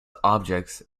objects